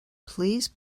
please